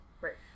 Right